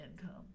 income